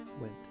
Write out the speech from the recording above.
went